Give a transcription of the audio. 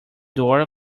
door